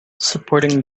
supporting